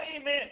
amen